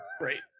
Right